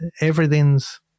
Everything's